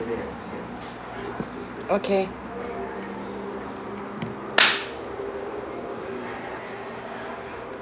okay